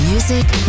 music